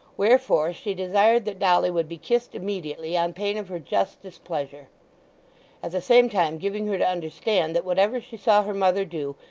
wherefore she desired that dolly would be kissed immediately, on pain of her just displeasure at the same time giving her to understand that whatever she saw her mother do,